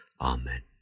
amen